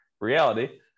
reality